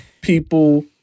people